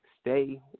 stay